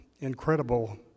incredible